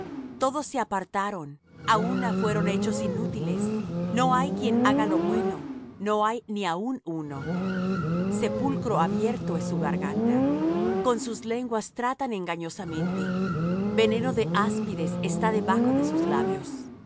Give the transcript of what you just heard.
todos se apartaron á una fueron hechos inútiles no hay quien haga lo bueno no hay ni aun uno sepulcro abierto es su garganta con sus lenguas tratan engañosamente veneno de áspides está debajo de sus labios